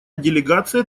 делегация